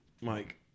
Mike